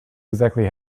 exactly